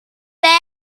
there